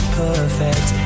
perfect